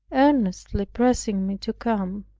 earnestly pressing me to come.